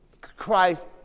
Christ